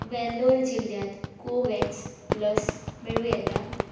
वेल्लोर जिल्ल्यांत कोव्हॅक्स लस मेळूं येता